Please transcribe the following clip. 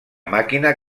màquina